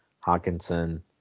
Hawkinson